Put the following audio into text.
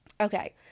Okay